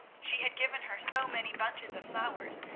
she had given her so many bunches of flowers,